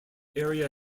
area